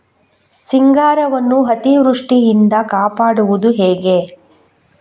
ಸಿಂಗಾರವನ್ನು ಅತೀವೃಷ್ಟಿಯಿಂದ ಕಾಪಾಡುವುದು ಹೇಗೆ?